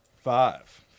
Five